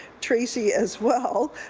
tracy, as well.